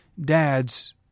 dads